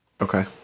Okay